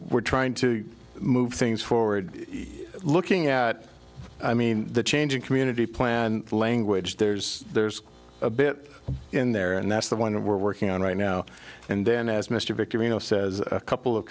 we're trying to move things forward looking at i mean the change in community plan and language there's there's a bit in there and that's the one we're working on right now and then as mr victim you know says a couple of